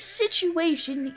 situation